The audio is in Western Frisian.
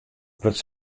wurdt